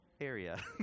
area